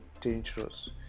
dangerous